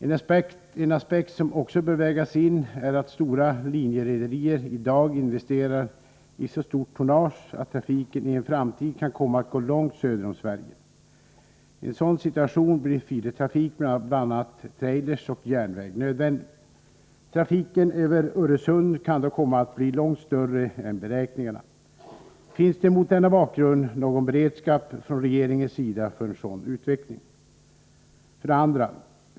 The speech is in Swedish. En aspekt som också bör vägas in är att stora linjerederier i dag investerar i så stort tonnage att trafiken i en framtid kan komma att gå långt söder om Sverige. I en sådan situation blir feedertrafik med bl.a. trailers och järnväg nödvändig. Trafiken över Öresund kan då komma att bli långt större än beräkningarna. Finns det mot denna bakgrund någon beredskap från regeringens sida för en sådan utveckling? 2.